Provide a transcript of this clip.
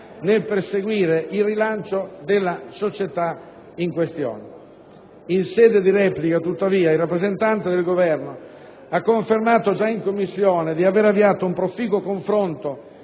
nel perseguire il rilancio della società in questione. In sede di replica, tuttavia, il rappresentante del Governo ha confermato già in Commissione di aver avviato un proficuo confronto